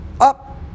up